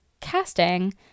casting